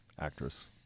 actress